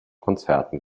konzerten